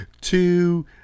two